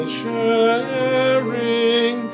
sharing